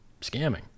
scamming